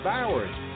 Bowers